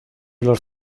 los